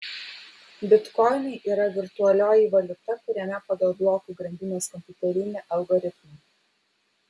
bitkoinai yra virtualioji valiuta kuriama pagal blokų grandinės kompiuterinį algoritmą